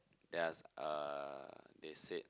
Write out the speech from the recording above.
then I asked uh they said